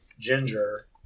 ginger